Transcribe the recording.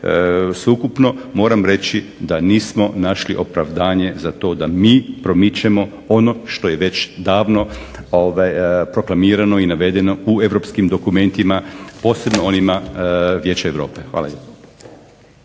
Sveukupno moram reći da nismo našli opravdanje za to da mi promičemo ono što je već davno proklamiramo i navedeno u europskim dokumentima, posebno onima Vijeća Europe. Hvala